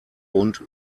und